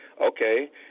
okay